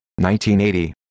1980